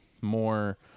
more